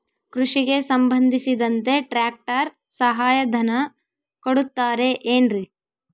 ಕೃಷಿಗೆ ಸಂಬಂಧಿಸಿದಂತೆ ಟ್ರ್ಯಾಕ್ಟರ್ ಸಹಾಯಧನ ಕೊಡುತ್ತಾರೆ ಏನ್ರಿ?